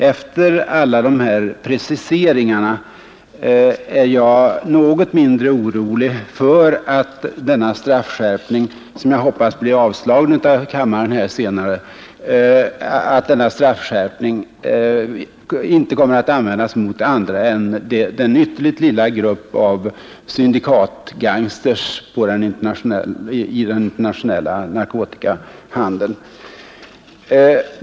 Efter alla dessa preciseringar är jag något mindre orolig för att straffskärpningen inte kommer att användas mot andra än den ytterligt lilla gruppen av syndikatgangsters i den internationella narkotikahandeln. Det är naturligtvis ändå min förhoppning att den om en stund skall avslås av kammaren.